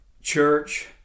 church